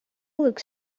look